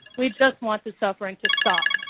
we just want the suffering to stop.